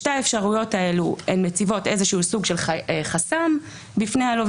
שתי האפשרויות האלה מציבות סוג של חסם בפני הלווה,